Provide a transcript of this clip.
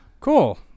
Cool